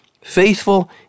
faithful